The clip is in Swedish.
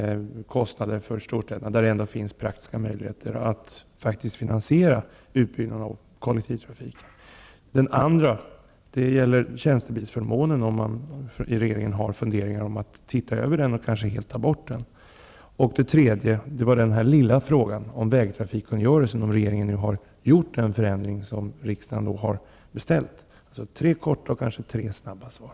I storstäderna finns ju praktiska möjligheter att finansiera utbyggnaden av kollektivtrafiken. Min andra fråga var om regeringen har planer på att se över tjänstebilsförmånen och kanske helt avskaffa den. Min tredje, lilla, fråga avsåg om regeringen nu har gjort den förändring i vägtrafikkungörelsen som riksdagen har beställt. Tre korta frågor, som kanske får tre snabba svar.